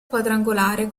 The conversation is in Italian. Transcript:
quadrangolare